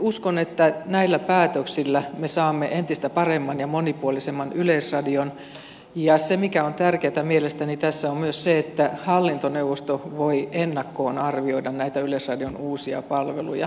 uskon että näillä päätöksillä me saamme entistä paremman ja monipuolisemman yleisradion ja se mikä on myös tärkeätä mielestäni tässä on se että hallintoneuvosto voi ennakkoon arvioida näitä yleisradion uusia palveluja